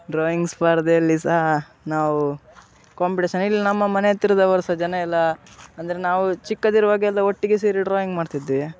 drawing ಸ್ಪರ್ಧೆಯಲ್ಲಿ ಸಹ ನಾವು ಕಾಂಪಿಟೇಷನ್ ಇಲ್ಲಿ ನಮ್ಮ ಮನೆ ಹತ್ತಿರದವರು ಜನರೆಲ್ಲ ಅಂದರೆ ನಾವು ಚಿಕ್ಕದಿರುವಾಗೆಲ್ಲ ಒಟ್ಟಿಗೆ ಸೇರಿ ಡ್ರಾಯಿಂಗ್ ಮಾಡ್ತಿದ್ದೇವೆ